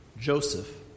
Joseph